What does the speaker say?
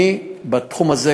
בתחום הזה,